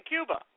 Cuba